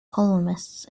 columnists